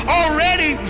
already